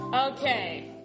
Okay